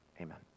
Amen